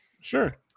sure